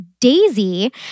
Daisy